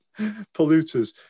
polluters